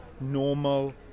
normal